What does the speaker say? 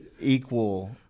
equal